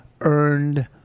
earned